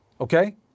Okay